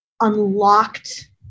unlocked